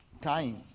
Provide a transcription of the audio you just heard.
time